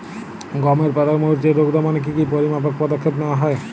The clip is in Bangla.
গমের পাতার মরিচের রোগ দমনে কি কি পরিমাপক পদক্ষেপ নেওয়া হয়?